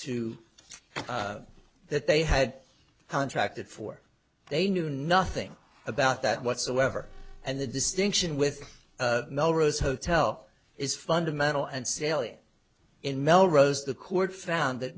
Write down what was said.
to that they had contracted for they knew nothing about that whatsoever and the distinction with melrose hotel is fundamental and salient in melrose the court found that